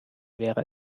wäre